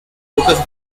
pocas